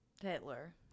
Hitler